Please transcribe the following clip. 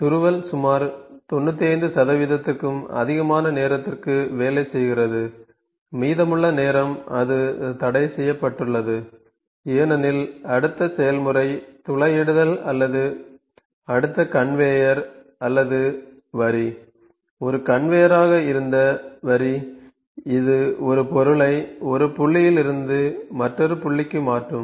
துருவல் சுமார் 95 க்கும் அதிகமான நேரத்திற்கு வேலை செய்கிறது மீதமுள்ள நேரம் அது தடைசெய்யப்பட்டுள்ளது ஏனெனில் அடுத்த செயல்முறை துளையிடுதல் அல்லது அடுத்த கன்வேயர் அல்லது வரி ஒரு கன்வேயராக இருந்த வரி இது ஒரு பொருளை ஒரு புள்ளியில் இருந்து மற்றொரு புள்ளிக்கு மாற்றும்